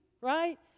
right